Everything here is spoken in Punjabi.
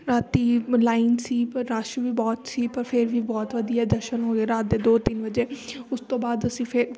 ਰਾਤੀਂ ਲਾਈਨ ਸੀ ਪਰ ਰਸ਼ ਵੀ ਬਹੁਤ ਸੀ ਪਰ ਫਿਰ ਵੀ ਬਹੁਤ ਵਧੀਆ ਦਰਸ਼ਨ ਹੋ ਗਏ ਰਾਤ ਦੇ ਦੋ ਤਿੰਨ ਵਜੇ ਉਸ ਤੋਂ ਬਾਅਦ ਅਸੀਂ ਫਿਰ